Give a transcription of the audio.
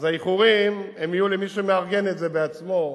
אז האיחורים יהיו למי שמארגן את זה בעצמו.